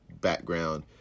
background